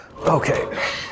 Okay